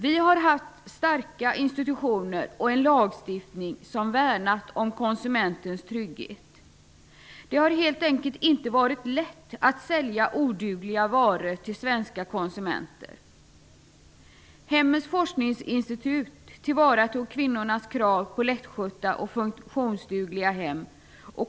Vi har haft starka institutioner och en lagstiftning som har värnat om konsumentens trygghet. Det har helt enkelt inte varit lätt att sälja odugliga varor till svenska konsumenter. Hemmets forskningsinstitut tillvaratog kvinnornas krav på lättskötta och funktionsdugliga hem.